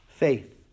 faith